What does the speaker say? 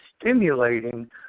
stimulating